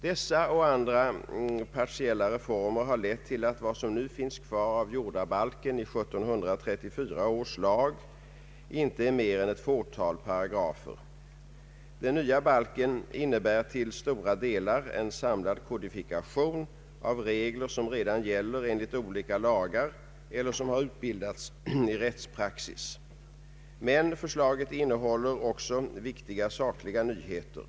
Dessa och andra partiella reformer har lett till att vad som nu finns kvar av jordabalken i 1734 års lag inte är mer än ett fåtal paragrafer. Den nya balken innebär till stora delar en samlad kodifikation av regler som redan gäller enligt olika lagar eller som har utbildats i rättspraxis. Förslaget innehåller emellertid också viktiga sakliga nyheter.